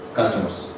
customers